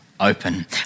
Open